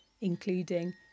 including